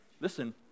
listen